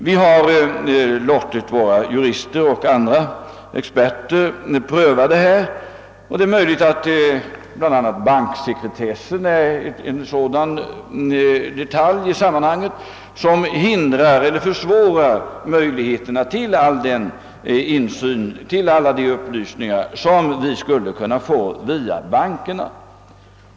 Vi har låtit våra jurister och andra experter pröva frågan, och det är möjligt att bl.a. banksekretessen är en detalj i sammanhanget som hindrar eller försvårar möjligheterna till all den insyn och alla de upplysningar som vi skulle kunna få via bankerna.